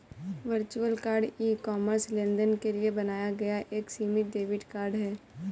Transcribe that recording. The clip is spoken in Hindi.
वर्चुअल कार्ड ई कॉमर्स लेनदेन के लिए बनाया गया एक सीमित डेबिट कार्ड है